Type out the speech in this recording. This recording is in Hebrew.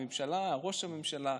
הממשלה,